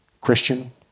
Christian